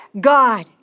God